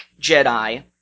Jedi